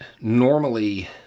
normally